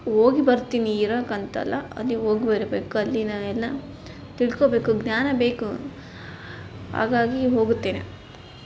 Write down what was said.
ಹೋಗಿ ಬರ್ತೀನಿ ಇರಕ್ಕಂತಲ್ಲ ಅಲ್ಲಿ ಹೋಗ್ಬರ್ಬೇಕು ಅಲ್ಲಿನ ಎಲ್ಲ ತಿಳ್ಕೊಬೇಕು ಜ್ಞಾನ ಬೇಕು ಹಾಗಾಗಿ ಹೋಗುತ್ತೇನೆ